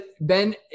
Ben